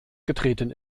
getreten